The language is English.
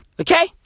Okay